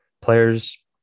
players